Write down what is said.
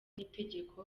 n’itegeko